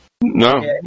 No